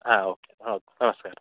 ಹಾಂ okay okay ನಮಸ್ಕಾರ